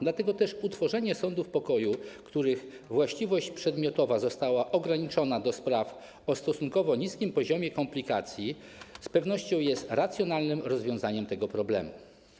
Dlatego też utworzenie sądów pokoju, których właściwość przedmiotowa została ograniczona do spraw o stosunkowo niskim poziomie komplikacji, z pewnością jest racjonalnym rozwiązaniem tego problemu.